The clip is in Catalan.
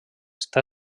està